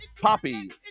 Poppy